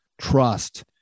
trust